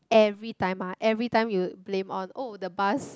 everytime ah everytime you blame on oh the bus